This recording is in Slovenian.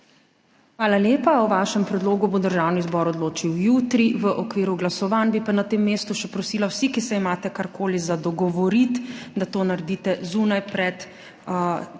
Hvala lepa. O vašem predlogu bo Državni zbor odločil jutri v okviru glasovanj. Bi pa na tem mestu še prosila, vsi, ki se imate karkoli za dogovoriti, da to naredite zunaj pred